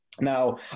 Now